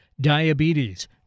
diabetes